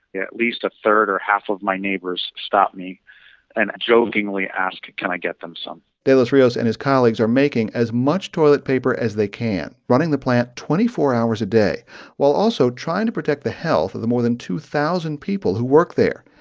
at least a third or half of my neighbors stop me and jokingly ask, can i get them some? de los rios and his colleagues are making as much toilet paper as they can, running the plant twenty four hours a day while also trying to protect the health of the more than two thousand people who work there.